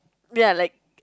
ya like